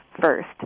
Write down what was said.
first